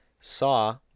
Saw